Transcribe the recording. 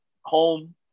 home